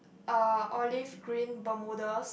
uh olive green Bermudas